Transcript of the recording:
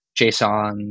JSON